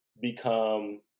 become